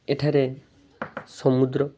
ଏଠାରେ ସମୁଦ୍ର